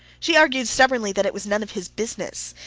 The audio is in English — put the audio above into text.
she argued stubbornly that it was none of his business,